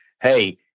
Hey